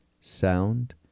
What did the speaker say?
sound